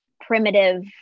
primitive